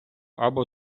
або